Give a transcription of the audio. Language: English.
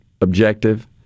objective